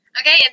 Okay